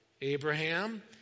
Abraham